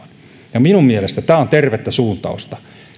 minun mielestäni tämä on tervettä suuntausta